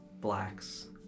blacks